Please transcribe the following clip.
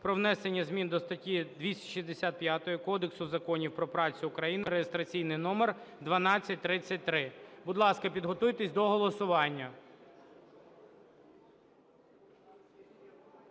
"Про внесення змін до статті 265 Кодексу законів про працю України" (реєстраційний номер 1233). Будь ласка, підготуйтеся до голосування.